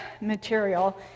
material